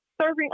serving